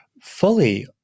fully